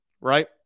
right